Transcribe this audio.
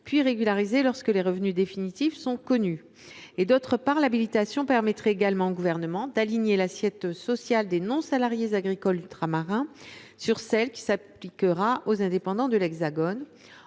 puis régularisées lorsque les revenus définitifs sont connus. En outre, l’habilitation permettrait également au Gouvernement d’aligner l’assiette sociale des non salariés agricoles ultramarins sur celle qui s’appliquera aux indépendants de l’Hexagone,